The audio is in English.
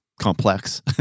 complex